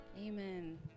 Amen